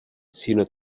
sinó